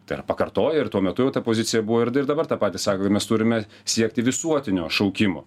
tai yra pakartojo ir tuo metu jau ta pozicija buvo ir di ir dabar tą patį sako kad mes turime siekti visuotinio šaukimo